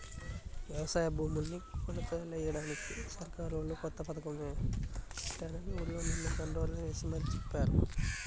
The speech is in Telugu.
యవసాయ భూముల్ని కొలతలెయ్యడానికి సర్కారోళ్ళు కొత్త పథకమేదో పెట్టారని ఊర్లో నిన్న దండోరా యేసి మరీ చెప్పారు